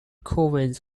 collins